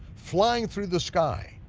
flying through the sky.